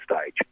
stage